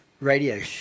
radio